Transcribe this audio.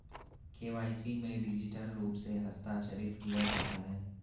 KYC में digital रूप से हस्ताक्षरित किया जाता है